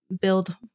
build